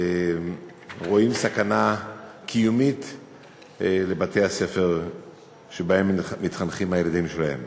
רואים סכנה קיומית לבתי-הספר שבהם מתחנכים הילדים שלהם.